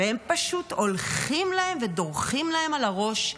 והם פשוט הולכים להם ודורכים להם על הראש,